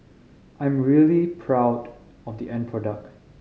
i am really proud of the end product